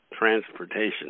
transportation